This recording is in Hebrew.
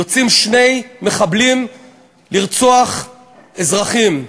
יוצאים שני מחבלים לרצוח אזרחים.